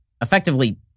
effectively